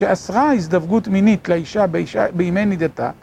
אשרה הזדבגות מינית לאישה בימי נדתה.